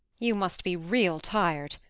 you must be real tired.